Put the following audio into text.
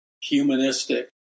humanistic